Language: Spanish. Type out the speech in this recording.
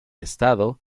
estado